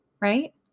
right